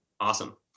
awesome